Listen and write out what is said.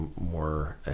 more